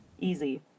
Easy